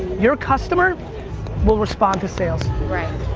your customer will respond to sales. right,